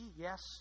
Yes